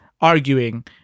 arguing